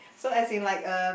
so as in like uh